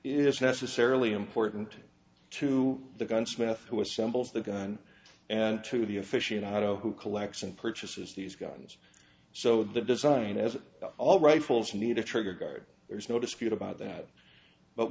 is necessarily important to the gunsmith who assembles the gun and to the officiant how to who collects and purchases these guns so the design is all rifles you need a trigger guard there's no dispute about that but